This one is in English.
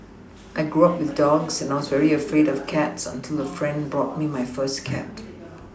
I grew up with dogs and I was very afraid of cats until a friend bought me my first cat